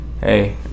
hey